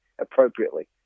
appropriately